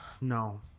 No